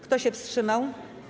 Kto się wstrzymał?